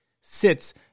sits